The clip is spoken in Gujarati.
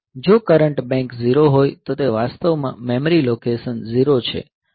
જો કરંટ બેંક 0 હોય તો તે વાસ્તવમાં મેમરી લોકેશન 0 છે આ થઈ ગયું